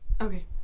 okay